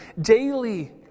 daily